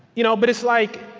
you know but it's like,